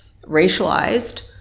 racialized